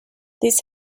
this